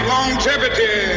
Longevity